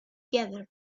together